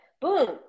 boom